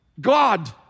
God